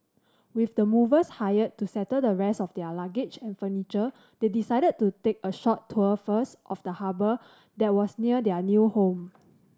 with the movers hired to settle the rest of their luggage and furniture they decided to take a short tour first of the harbour that was near their new home